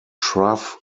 trough